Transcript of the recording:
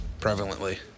prevalently